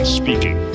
speaking